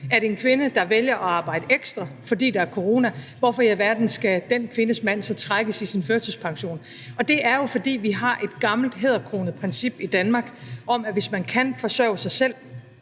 Bladet om en kvinde, der vælger at arbejde ekstra, fordi der er corona: Hvorfor i alverden skal den kvindes mand så trækkes i sin førtidspension? Det er jo, fordi vi har et gammelt hæderkronet princip i Danmark om, at hvis man kan forsørge sig selv,